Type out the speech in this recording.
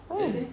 when